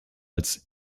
als